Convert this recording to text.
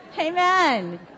Amen